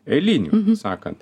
eilinių sakant